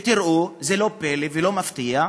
ותראו, זה לא פלא ולא מפתיע,